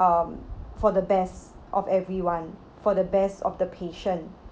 um for the best of everyone for the best of the patient